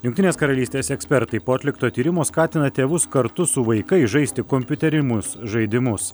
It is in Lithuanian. jungtinės karalystės ekspertai po atlikto tyrimo skatina tėvus kartu su vaikais žaisti kompiuterimus žaidimus